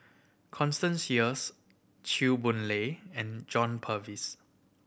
Constance Sheares Chew Boon Lay and John Purvis